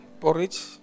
Porridge